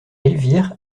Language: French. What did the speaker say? elvire